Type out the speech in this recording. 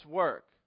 work